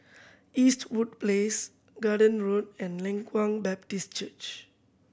Eastwood Place Garden Road and Leng Kwang Baptist Church